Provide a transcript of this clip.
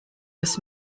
des